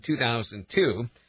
2002